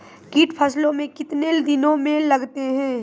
कीट फसलों मे कितने दिनों मे लगते हैं?